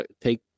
take